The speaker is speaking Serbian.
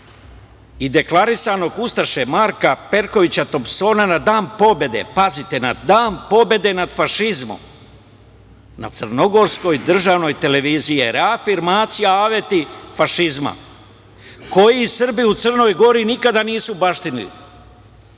i deklarisanog ustaše Marka Perkovića Tompsona na Dan pobede, pazite na Dan pobede nad fašizmom, na crnogorskoj državnoj televiziji je reafirmacija aveti fašizma, koji Srbi u Crnoj Gori nikada nisu baštinili.